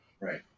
Right